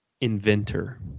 Inventor